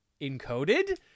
encoded